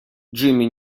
джимми